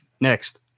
Next